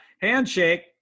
Handshake